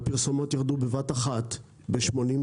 והפרסומות ירדו בבת אחת ב-80%,